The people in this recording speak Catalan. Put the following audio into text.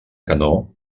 canó